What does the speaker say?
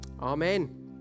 Amen